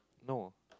no